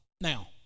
now